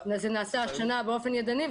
השנה זה נעשה באופן ידני,